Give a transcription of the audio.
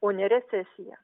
o ne recesiją